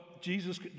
Jesus